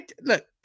look